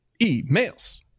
emails